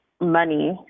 money